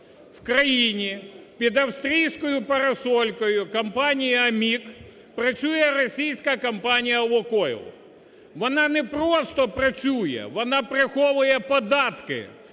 в країні під австрійською парасолькою компанії "АМІК" працює російська компанія "Лукойл". Вона непросто працює, вона приховує податки.